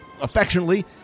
affectionately